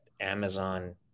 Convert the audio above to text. Amazon